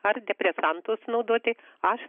ar depresantus naudoti aš